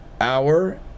hour